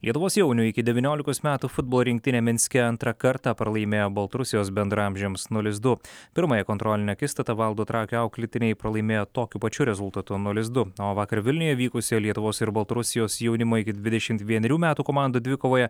lietuvos jaunių iki devyniolikos metų futbolo rinktinė minske antrą kartą pralaimėjo baltarusijos bendraamžiams nulis du pirmąją kontrolinę akistatą valdo trakio auklėtiniai pralaimėjo tokiu pačiu rezultatu nulis du o vakar vilniuje vykusioje lietuvos ir baltarusijos jaunimo iki dvidešimt vienerių metų komandų dvikovoje